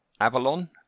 Avalon